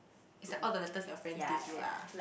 it's like all the letters your friends gave you lah